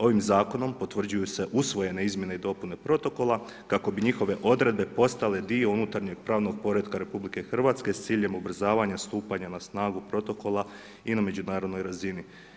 Ovim zakonom potvrđuju se usvojene izmjene i dopune Protokola kako bi njihove odredbe postale dio unutarnjeg i pravnog poretka RH s ciljem ubrzavanja stupanja na snagu protokola i na međunarodnoj razini.